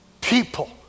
people